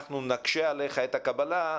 אנחנו נקשה עליך את הקבלה,